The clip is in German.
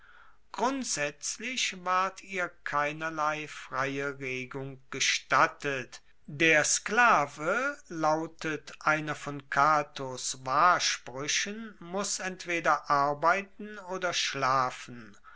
grundsaetzlich ward ihr keinerlei freie regung gestattet der sklave lautet einer von catos wahrspruechen muss entweder arbeiten oder schlafen